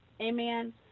amen